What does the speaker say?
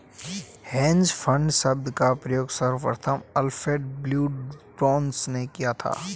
hedge fund शब्द का प्रयोग सर्वप्रथम अल्फ्रेड डब्ल्यू जोंस ने किया था